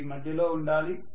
అది మధ్యలో ఉండాలి